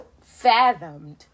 fathomed